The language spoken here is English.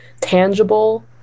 tangible